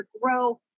grow